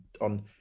on